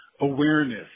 awareness